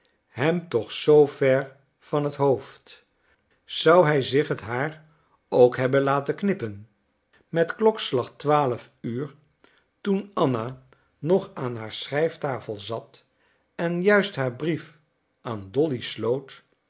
hem toch zoo ver van het hoofd zou hij zich het haar ook hebben laten knippen met klokslag twaalf uur toen anna nog aan haar schrijftafel zat en juist haar brief aan dolly sloot